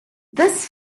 this